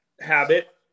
habit